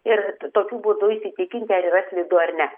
ir tokiu būdu įsitikinti ar yra slidu ar ne